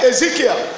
Ezekiel